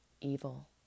evil